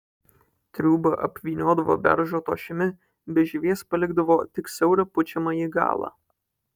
triūbą apvyniodavo beržo tošimi be žievės palikdavo tik siaurą pučiamąjį galą